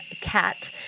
cat